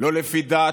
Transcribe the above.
לא לפי דת,